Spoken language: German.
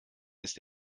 ist